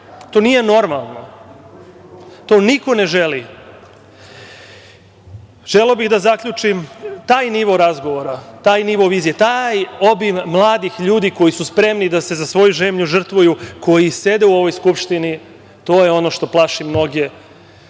To nije normalno. To niko ne želi. Želeo bih da zaključim taj nivo razgovora, taj nivo vizije, taj obim mladih ljudi koji su spremni da se za svoju zemlju žrtvuju, koji sede u ovoj Skupštini, to je ono što plaši mnoge,